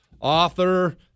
author